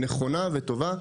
נכונה וטובה.